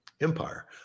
empire